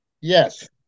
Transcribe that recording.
Yes